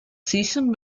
season